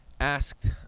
asked